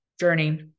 journey